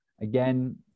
again